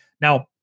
Now